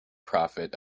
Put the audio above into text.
prophet